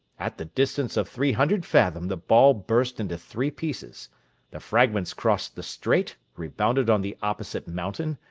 at the distance of three hundred fathom the ball burst into three pieces the fragments crossed the strait, rebounded on the opposite mountain,